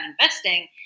investing